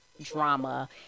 drama